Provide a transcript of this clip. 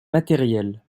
matériels